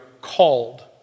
called